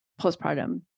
postpartum